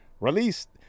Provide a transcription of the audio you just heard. released